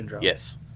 Yes